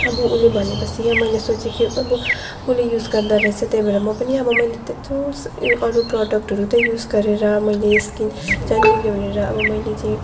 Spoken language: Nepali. अब उसले भनेपछि या मैले सोचेँ कि अब उसले युज गर्दो रहेछ त्यही भएर म पनि अब मैले त्यत्रो यो अरू प्रडक्टहरू त युज गरेर मैले स्किन चाहिँ बिग्रियो भनेर अब मैले चाहिँ